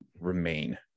remain